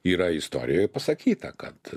yra istorijoj pasakyta kad